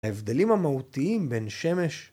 ‫ההבדלים המהותיים בין שמש...